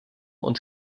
und